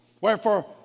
wherefore